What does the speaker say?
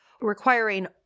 requiring